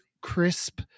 crisp